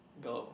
girl